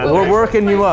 we're working you